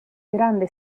grande